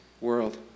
world